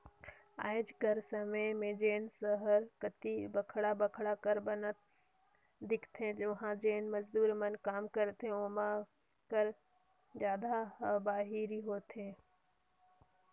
आएज कर समे में जेन सहर कती बड़खा बड़खा घर बनत दिखथें उहां जेन मजदूर मन काम करथे ओमा कर जादा ह बाहिरी होथे